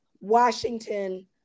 Washington